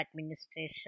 administration